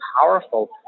powerful